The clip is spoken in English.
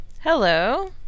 hello